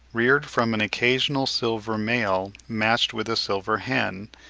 reared from an occasional silver male matched with a silver hen,